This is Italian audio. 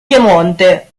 piemonte